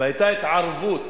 והיתה התערבות